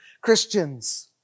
Christians